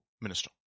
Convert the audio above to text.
minister